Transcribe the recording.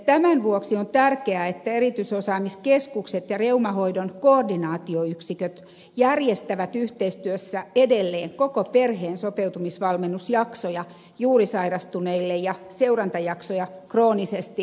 tämän vuoksi on tärkeää että erityisosaamiskeskukset ja reumahoidon koordinaatioyksiköt järjestävät yhteistyössä edelleen koko perheen sopeutumisvalmennusjaksoja juuri sairastuneille ja seurantajaksoja kroonisesti sairastaville